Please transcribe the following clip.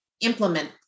implement